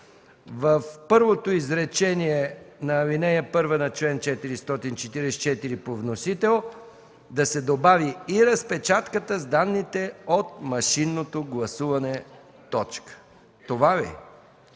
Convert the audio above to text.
в първото изречение на ал. 1 на чл. 444 по вносител да се добави „и разпечатката с данните от машинното гласуване”. Това ли